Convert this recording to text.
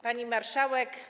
Pani Marszałek!